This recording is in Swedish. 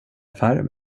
affärer